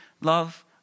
love